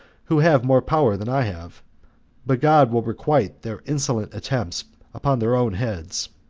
who have more power than i have but god will requite their insolent attempts upon their own heads.